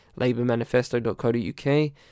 LabourManifesto.co.uk